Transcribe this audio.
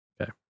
Okay